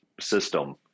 system